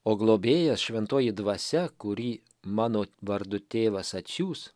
o globėjas šventoji dvasia kurį mano vardu tėvas atsiųs